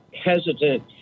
hesitant